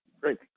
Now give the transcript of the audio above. Great